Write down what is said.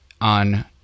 on